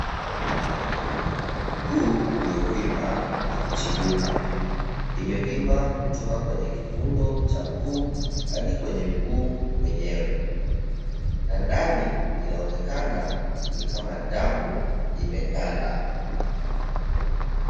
Mguu uliovimba na kuchibuka, imevimba kutoka kwenye kifundo cha mguu hadi kwenye mguu wenyewe. Na ndani inaonekana ni kama damu imeganda.